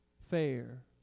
fair